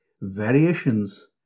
variations